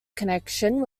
connection